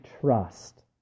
trust